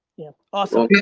yeah, awesome. okay.